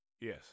Yes